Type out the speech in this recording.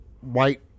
white